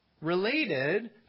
related